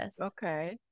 okay